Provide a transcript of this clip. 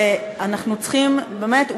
אנחנו צריכים באמת,